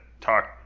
talk